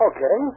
Okay